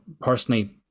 personally